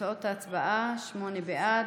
תוצאות ההצבעה: שמונה בעד,